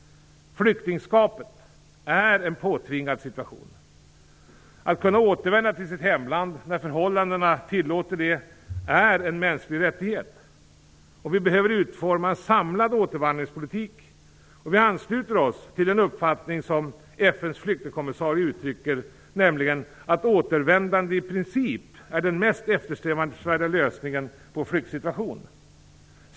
Flyktingskapet är en påtvingad situation. Att kunna återvända till sitt hemland när förhållandena tillåter det är en mänsklig rättighet. Vi behöver utforma en samlad återvandringspolitik, och vi ansluter oss till den uppfattning som FN:s flyktingkommissarie uttrycker, nämligen att återvändande i princip är den mest eftersträvansvärda lösningen på flyktingsituationen.